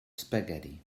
spaghetti